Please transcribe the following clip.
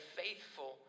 faithful